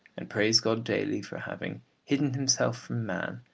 and praise god daily for having hidden himself man.